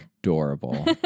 adorable